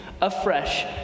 afresh